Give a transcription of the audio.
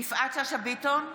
יפעת שאשא ביטון,